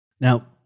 Now